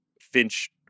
Finch